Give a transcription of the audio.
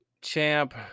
champ